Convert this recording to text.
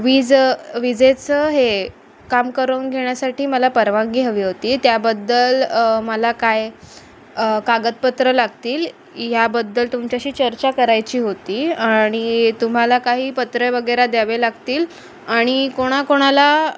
वीज विजेचं हे काम करून घेण्यासाठी मला परवानगी हवी होती त्याबद्दल मला काय कागदपत्रं लागतील ह्याबद्दल तुमच्याशी चर्चा करायची होती आणि तुम्हाला काही पत्रे वगैरे द्यावे लागतील आणि कोणाकोणाला